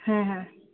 ᱦᱮᱸ ᱦᱮᱸ